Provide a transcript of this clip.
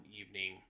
evening